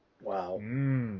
Wow